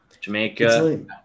Jamaica